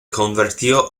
convirtió